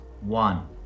one